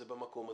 זה במקום הזה.